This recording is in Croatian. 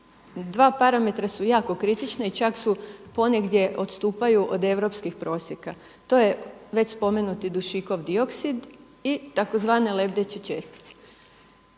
Dva parametra su jako kritična i čak su ponegdje odstupaju od europskih prosjeka. To je već spomenuti dušikov dioksid i tzv. lebdeće čestice.